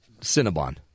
cinnabon